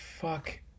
fuck